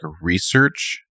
research